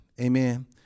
Amen